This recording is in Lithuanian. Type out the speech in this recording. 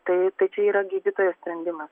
tai tai čia yra gydytojo sprendimas